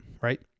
right